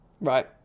Right